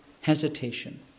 hesitation